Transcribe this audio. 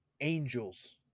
angels